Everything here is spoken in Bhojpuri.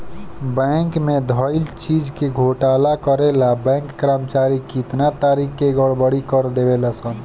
बैंक में धइल चीज के घोटाला करे ला बैंक कर्मचारी कितना तारिका के गड़बड़ी कर देवे ले सन